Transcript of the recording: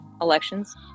elections